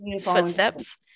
footsteps